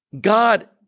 God